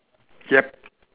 yup